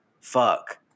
Fuck